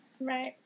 Right